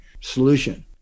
solution